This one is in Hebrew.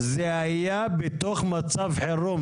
זה היה בתוך מצב חירום.